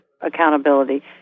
accountability